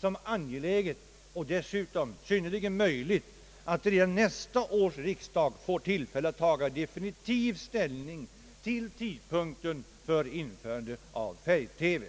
som angeläget och även möjligt att redan nästa års riksdag får tillfälle att taga definitiv ställning till tidpunkten för införande av färg-TV.